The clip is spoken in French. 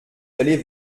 d’aller